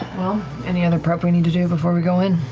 any other prep we need to do before we go in?